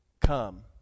come